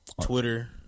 Twitter